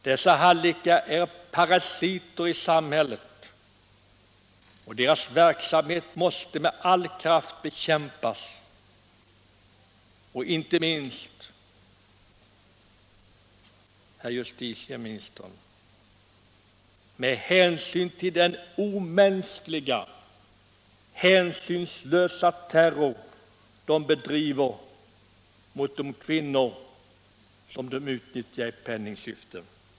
Dessa hallickar är parasiter i samhället, deras verksamhet måste med all kraft bekämpas, inte minst, herr justitieminister, med hänsyn till den omänskliga, hänsynslösa terror de bedriver mot de kvinnor som de utnyttjar i penningsyfte.